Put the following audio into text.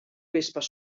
vespes